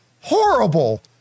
horrible